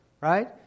right